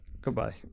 Goodbye